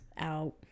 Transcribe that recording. out